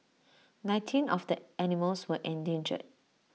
nineteen of the animals were endangered